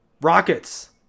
rockets